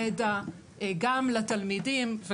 ידע גם לתלמידים,